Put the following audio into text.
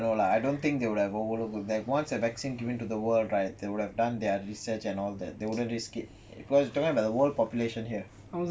no lah no lah I don't think they will overlook that once the vaccine given to the world right they would have done their research and all that they wouldn't risk it cause talking about the world population here